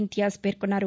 ఇంతియాజ్ పేర్కొన్నారు